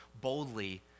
boldly